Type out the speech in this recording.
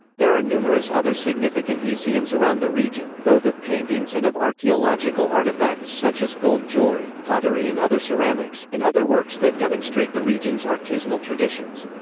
there are numerous other significant museums around the region, both of paintings and of archeological artifacts such as gold jewelry, pottery and other ceramics, and other works that demonstrate the region's artisanal traditions.